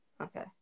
okay